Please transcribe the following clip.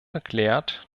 erklärt